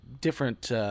different